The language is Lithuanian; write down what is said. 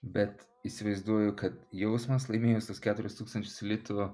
bet įsivaizduoju kad jausmas laimėjus yuos keturis tūkstančius litų